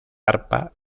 arpa